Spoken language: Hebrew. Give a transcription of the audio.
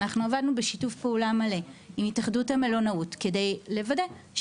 אנחנו עבדנו בשיתוף פעולה מלא עם התאחדות המלונאות כדי לוודא.